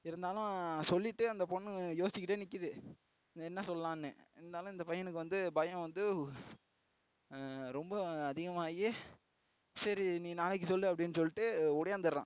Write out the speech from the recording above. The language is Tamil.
இருந்தாலும் சொல்லிவிட்டு அந்த பொண்ணு யோசிச்சிக்கிட்டே நிற்கிது என்ன சொல்லான்னு இருந்தாலும் இந்த பையனுக்கு வந்து பயம் வந்து ரொம்ப அதிகமாய் சரி நீ நாளைக்கு சொல்லு அப்படின்னு சொல்லிட்டு ஓடியாந்துறான்